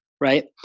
right